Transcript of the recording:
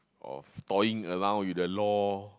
of toying around with the law